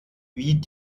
wie